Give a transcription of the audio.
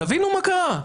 תבינו מה קרה.